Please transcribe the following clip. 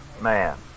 man